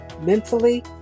mentally